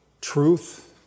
truth